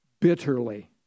bitterly